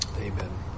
amen